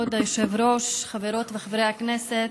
כבוד היושב-ראש, חברות וחברי הכנסת,